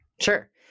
Sure